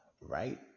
right